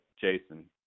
Jason